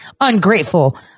ungrateful